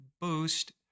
boost